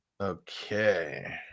Okay